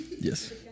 Yes